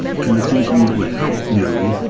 because it seems to me it would help you